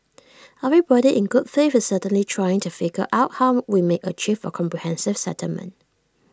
everybody in good faith is certainly trying to figure out how we might achieve A comprehensive settlement